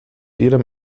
ihrem